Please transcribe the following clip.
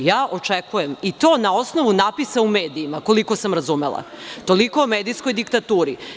Očekujem i to na osnovu natpisa u medijima, koliko sam razumela, toliko o medijskoj diktaturi.